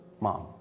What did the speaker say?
Mom